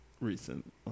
recent